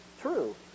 true